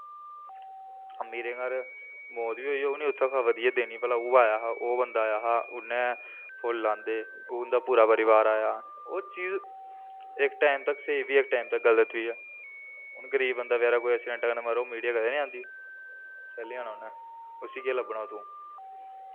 अमीरें घर मौत बी होई दी होग ते उत्थें खबर जाइयै देनी भला ओह् आया हा ओह् बंदा आया हा उन्नै फुल्ल आंदे ओह् उंदा पूरा परिवार आया ओह् चीज इक टाइम तक स्हेई बी ऐ इक टाइम तक गल्त बी ऐ गरीब बंदा बचैरा कुतै ऐक्सैडैंट कन्नै मरग मीडिया कदें निं आंदी कैल्ली आना उन्नै उसी केह् लब्भना उत्थूं